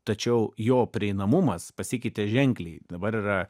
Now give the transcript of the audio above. tačiau jo prieinamumas pasikeitė ženkliai dabar yra